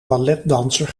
balletdanser